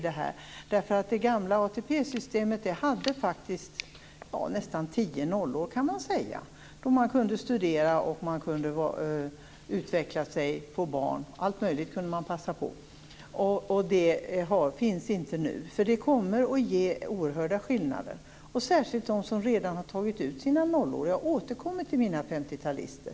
Det gamla ATP systemet tillät nästan tio nollår då man kunde studera, utveckla sig, få barn osv. Det finns inte nu. Det kommer att innebära oerhörda skillnader - särskilt för dem som redan har tagit ut sina nollår. Jag återkommer till mina 50-talister.